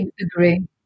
Agree